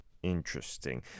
Interesting